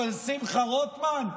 אבל שמחה רוטמן?